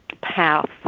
path